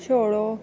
छोड़ो